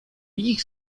ich